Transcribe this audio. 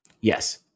Yes